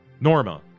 Norma